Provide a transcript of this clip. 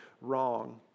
wrong